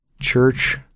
church